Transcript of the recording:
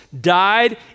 died